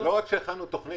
לא רק שהכנו תכנית,